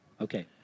Okay